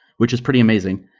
which is pretty amazing.